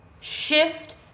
Shift